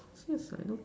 so is like no